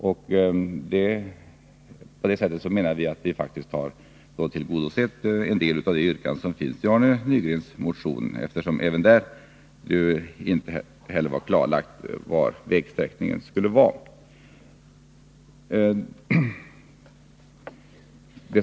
Vi anser i utskottet att vi på detta sätt har tillgodosett en del av yrkandet i Arne Nygrens motion. Det var ju inte heller där klarlagt hur vägsträckningen skulle gå.